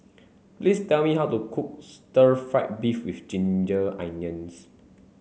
please tell me how to cook stir fry beef with ginger onions